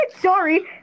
sorry